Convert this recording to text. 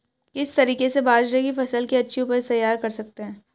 किस तरीके से बाजरे की फसल की अच्छी उपज तैयार कर सकते हैं?